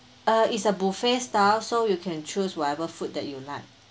uh is a buffet style so you can choose whatever food that you like